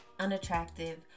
unattractive